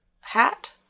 hat